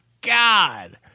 God